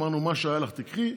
אמרנו: מה שהיה לך, תיקחי.